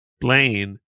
Blaine